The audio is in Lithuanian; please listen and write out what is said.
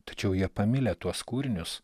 tačiau jie pamilę tuos kūrinius